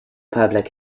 public